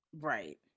right